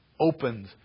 opened